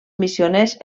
missioners